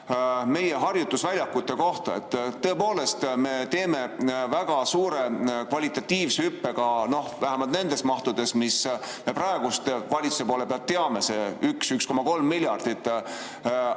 hoopis harjutusväljakute kohta. Tõepoolest, me teeme väga suure kvalitatiivse hüppe, ka vähemalt nende mahtudega, mida me praegu valitsuse poole pealt teame, see on see 1–1,3 miljardit.